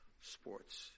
Sports